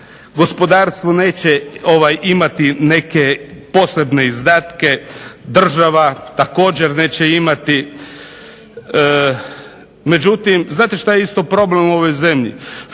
gospodarstvo neće imati neke posebne izdatke, država također neće imati, međutim, znate što je problem u ovoj zemlji